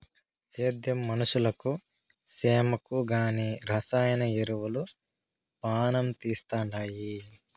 సేద్యం మనుషులకు సేమకు కానీ రసాయన ఎరువులు పానం తీస్తండాయి